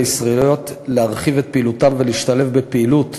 ישראליות להרחיב את פעילותן ולהשתלב בפעילות